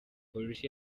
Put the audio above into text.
polisi